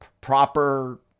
proper